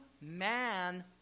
man